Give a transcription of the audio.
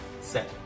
set